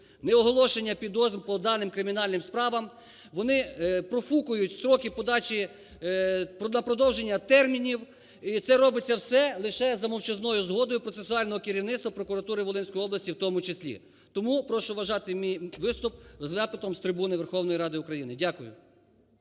трибуни. Неоголошення підозр по даним кримінальним справам, вони профукують строки подачі… на продовження термінів. І це робиться все лише за мовчазною згодою процесуального керівництва прокуратури Волинської області в тому числі. Тому прошу вважати мій виступ запитом з трибуни Верховної Ради України. Дякую.